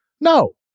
No